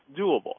doable